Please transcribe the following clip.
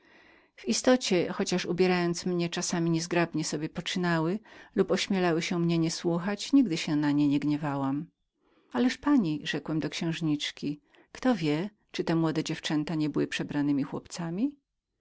w istocie chociaż czasami niezgrabnie poczynały sobie z moim ubiorem lub ośmielały się mnie niesłuchać nigdy się na nie nie gniewałam ależ pani rzekłem do księżniczki kto wie czyli te dziewczęta nie były młodemi przebranemi chłopcami